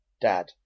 Dad